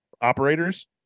operators